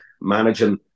managing